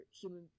human